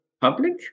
public